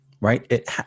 right